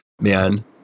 man